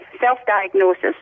self-diagnosis